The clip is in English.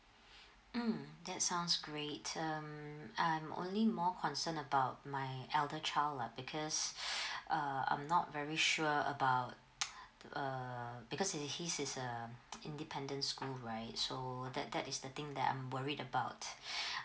mm that sounds great um I'm only more concern about my elder child lah because uh I'm not very sure about uh because he he's is um independence school right so that that is the thing that I'm worried about